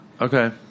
Okay